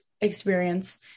experience